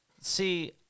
See